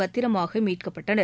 பத்திரமாக மீட்கப்பட்டனர்